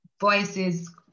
voices